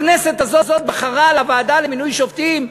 הכנסת הזאת בחרה לוועדה למינוי שופטים,